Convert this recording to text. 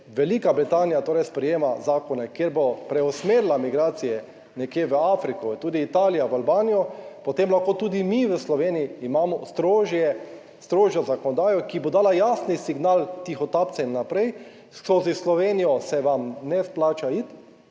Velika Britanija torej sprejema zakone, kjer bo preusmerila migracije nekje v Afriko, tudi Italija v Albanijo, potem lahko tudi mi v Sloveniji imamo strožjo zakonodajo, ki bo dala jasen signal tihotapcem naprej. Skozi Slovenijo se vam ne splača iti,